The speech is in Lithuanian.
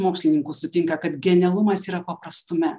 mokslininkų sutinka kad genialumas yra paprastume